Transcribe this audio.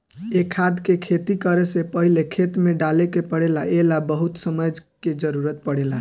ए खाद के खेती करे से पहिले खेत में डाले के पड़ेला ए ला बहुत समय के जरूरत पड़ेला